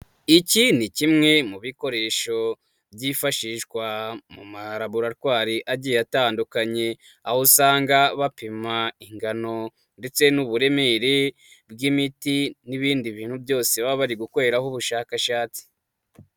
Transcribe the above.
Iki ni kimwe mu bikoresho byifashishwa mu Laboratwari agiye atandukanye, aho usanga bapima ingano ndetse n'uburemere, bw'imiti n'ibindi bintu byose baba bari gukoreraho ubushakashatsi.